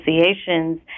associations